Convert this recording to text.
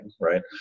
right